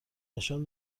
نشان